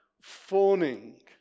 fawning